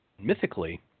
mythically